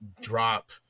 drop